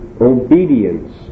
obedience